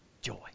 Joy